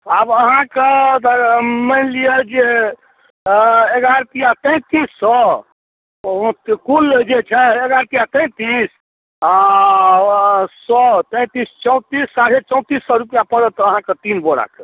आब अहाँके मानि लिऽ जे आ एगारह तिया तैंतीस सए कुल जे छै एगारह तिया तैंतीस आओर ओ सए तैतीस चौतीस साढ़े चौतीस सए रुपैआ पड़त अहाँके तीन बोराके